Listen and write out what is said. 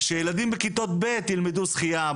שילדים בכיתות ב' ילמדו שחיה.